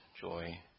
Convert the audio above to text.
joy